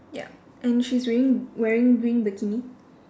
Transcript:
ya and she's wearing wearing green bikini